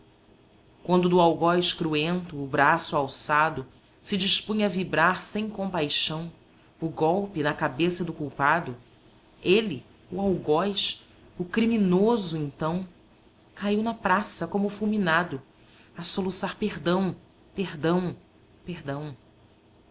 quando do algoz cruento o braço alçado se dispunha a vibrar sem compaixão o golpe na cabeça do culpado ele o algoz o criminoso então caiu na praça como fulminado a soluçar perdão perdão perdão